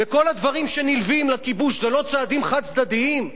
וכל הדברים שנלווים לכיבוש זה לא צעדים חד-צדדיים?